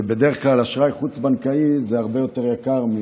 בדרך כלל אשראי חוץ-בנקאי הרבה יותר יקר.